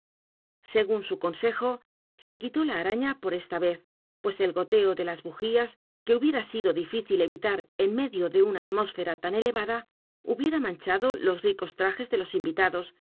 según su consejo se quitó la araña por esta vez pues el goteo de las bujías que hubiera sido difícil evitar en medio de una atmósfera tan elevada hubiera manchado los ricos trajes de los invitados